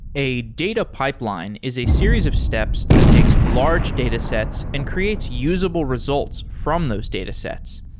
a data pipeline is a series of steps that takes large datasets and creates usable results from those datasets.